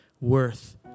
worth